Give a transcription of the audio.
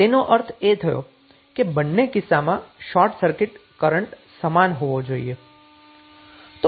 તેનો અર્થ એ થયો કે બંને કિસ્સામાં શોર્ટ સર્કિટ કરન્ટ સમાન હોવા જોઈએ